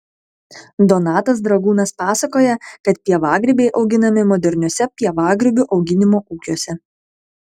donatas dragūnas pasakoja kad pievagrybiai auginami moderniuose pievagrybių auginimo ūkiuose